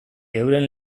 euren